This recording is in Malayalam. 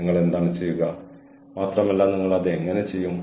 ഞങ്ങൾക്ക് പങ്കിടാൻ ഒരുപാട് ഉണ്ട് ഞങ്ങൾ പരസ്പരം പഠിക്കുന്നു